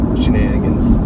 shenanigans